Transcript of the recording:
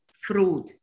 fruit